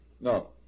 no